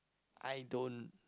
I don't